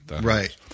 right